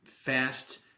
fast